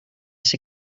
ser